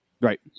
Right